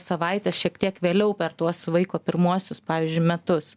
savaites šiek tiek vėliau per tuos vaiko pirmuosius pavyzdžiui metus